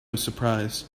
surprise